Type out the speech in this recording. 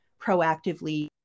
proactively